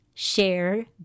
Share